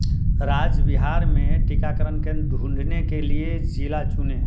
राज्य बिहार में टीकाकरण केंद्र ढूँढने के लिए जिला चुनें